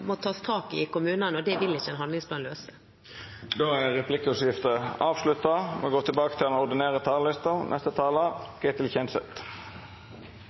må tas tak i i kommunene, og det vil ikke en handlingsplan løse. Då er replikkordskiftet avslutta. Jeg sitter ikke i helse- og